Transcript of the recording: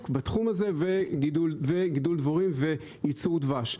בתחום הזה וגידול דבורים וייצור דבש.